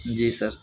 جی سر